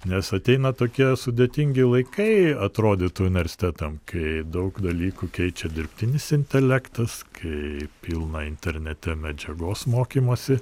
nes ateina tokie sudėtingi laikai atrodytų universitetam kai daug dalykų keičia dirbtinis intelektas kai pilna internete medžiagos mokymosi